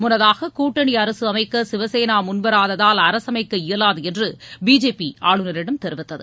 முன்னதாக கூட்டணி அரசு அமைக்க சிவசேனா முன்வராததால் அரசனமக்க இயலாது என்று பிஜேபி ஆளுநரிடம் தெரிவித்தது